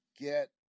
get